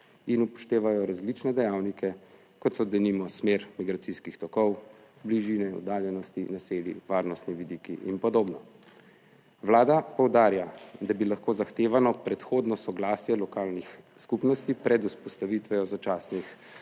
in upoštevajo različne dejavnike kot so denimo smer migracijskih tokov, bližine, oddaljenosti naselij, varnostni vidiki in podobno. Vlada poudarja, da bi lahko zahtevano predhodno soglasje lokalnih skupnosti pred vzpostavitvijo začasnih